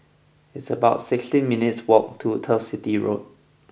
it's about sixteen minutes' walk to Turf City Road